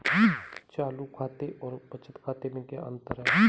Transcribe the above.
चालू खाते और बचत खाते में क्या अंतर है?